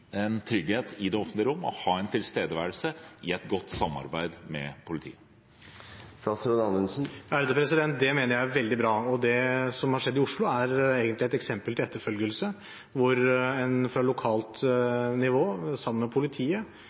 ha en tilstedeværelse, i godt samarbeid med politiet? Det mener jeg er veldig bra, og det som har skjedd i Oslo, er egentlig et eksempel til etterfølgelse, hvor en fra lokalt nivå sammen med politiet